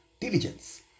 diligence